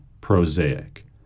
prosaic